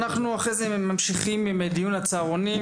אנחנו אחרי זה ממשיכים עם דיון הצהרונים,